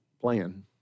plan